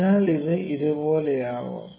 അതിനാൽ ഇത് ഇതുപോലെയാകാം